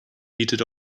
bietet